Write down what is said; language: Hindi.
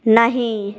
नहीं